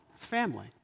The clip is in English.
family